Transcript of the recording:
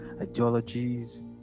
ideologies